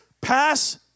pass